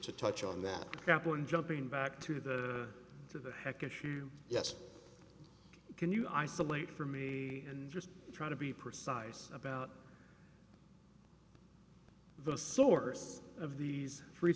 to touch on that kaplan jumping back to the to the heck issue yes can you isolate for me and just try to be precise about the source of these free